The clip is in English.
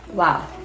Wow